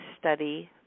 study